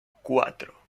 cuatro